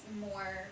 more